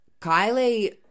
Kylie